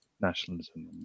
nationalism